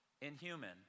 inhuman